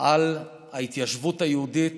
על ההתיישבות היהודית